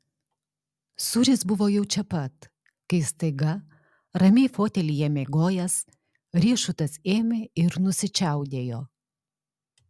sūris buvo jau čia pat kai staiga ramiai fotelyje miegojęs riešutas ėmė ir nusičiaudėjo